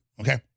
okay